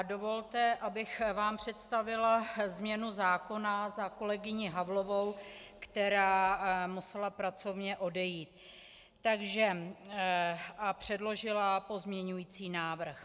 Dovolte mi, abych vám představila změnu zákona za kolegyni Havlovou, která musela pracovně odejít, a předložila pozměňující návrh.